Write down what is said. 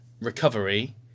recovery